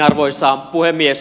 arvoisa puhemies